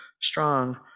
strong